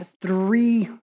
three